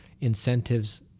incentives